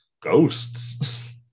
ghosts